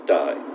die